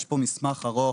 יש פה מסמך ארוך,